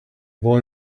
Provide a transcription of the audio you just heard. boy